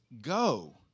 go